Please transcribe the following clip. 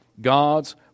God's